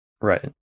Right